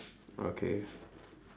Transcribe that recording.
okay